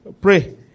Pray